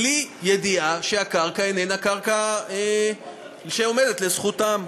בלי ידיעה שהקרקע איננה עומדת לזכותם.